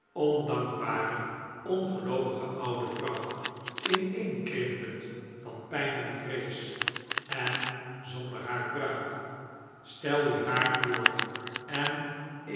ondankbare ongeloovige oude vrouw ineenkrimpend van pijn en vrees en zonder haar pruik stel u haar voor en